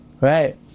Right